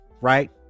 right